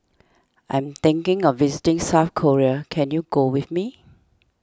I am thinking of visiting South Korea can you go with me